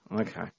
Okay